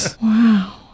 Wow